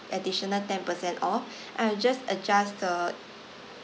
additional ten per cent off I will just adjust the